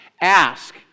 Ask